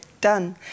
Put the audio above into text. done